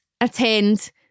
attend